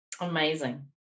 Amazing